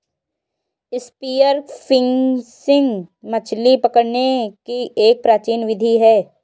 spear fishing मछली पकड़ने की एक प्राचीन विधि है